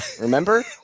Remember